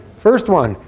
first one.